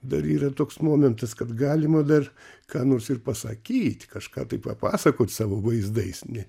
dar yra toks momentas kad galima dar ką nors ir pasakyt kažką tai papasakot savo vaizdais ne